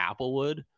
Applewood